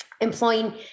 employing